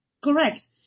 Correct